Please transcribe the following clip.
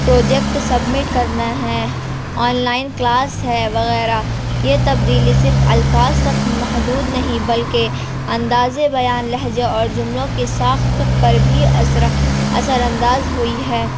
project submit کرنا ہے online class ہے وغیرہ یہ تبدیلی صرف الفاظ تک محدود نہیں بلکہ انداز بیاں لہجہ اور جملوں کے ساخت تک پر بھی اثر اثرانداز ہوئی ہے